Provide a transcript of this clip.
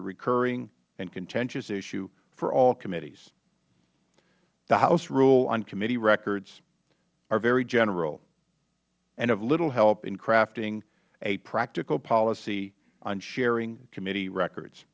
a recurring and contentious issue for all committees the house rules on committee records are very general and of little help in crafting a practical policy on sharing committee records